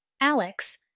Alex